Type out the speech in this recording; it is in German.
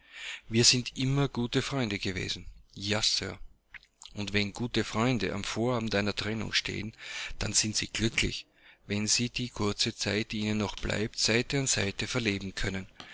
wir sind immer gute freunde gewesen ja sir und wenn gute freunde am vorabend einer trennung stehen dann sind sie glücklich wenn sie die kurze zeit die ihnen noch bleibt seite an seite verleben können